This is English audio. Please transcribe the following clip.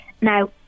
Now